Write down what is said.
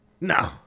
no